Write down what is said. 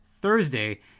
Thursday